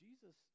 Jesus